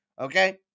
Okay